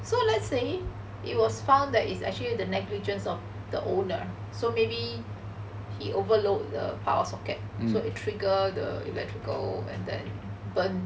so let's say it was found that is actually the negligence of the owner so maybe he overload the power socket so it trigger the electrical and then burn